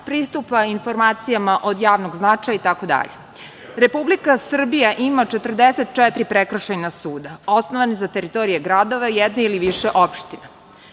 pristupa informacijama od javnog značaja, itd. Republika Srbija ima 44 prekršajna suda osnovane za teritorije gradova jedne ili više opština.